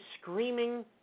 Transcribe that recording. screaming